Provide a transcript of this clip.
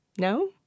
No